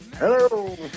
Hello